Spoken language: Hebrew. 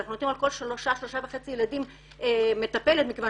אנחנו נותנים על כל שלושה-שלושה וחצי ילדים מטפלת מכוון